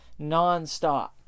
nonstop